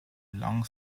long